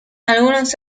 algunos